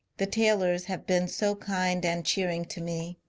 the taylors have been so kind and cheering to me.